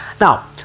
now